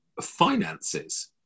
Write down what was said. finances